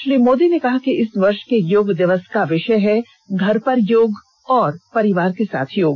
श्री मोदी ने कहा कि इस वर्ष के योग दिवस का विषय हैः घर पर योग और परिवार के साथ योग